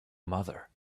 mother